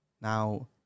now